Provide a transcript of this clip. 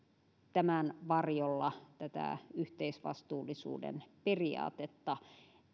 tämän varjolla tätä yhteisvastuullisuuden periaatetta